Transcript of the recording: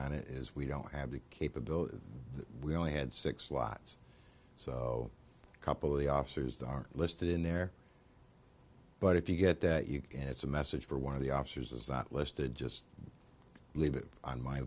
on it is we don't have the capability we only had six slots so a couple of the officers that are listed in there but if you get that you can it's a message for one of the officers isn't listed just leave it on my